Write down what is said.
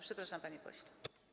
Przepraszam, panie pośle.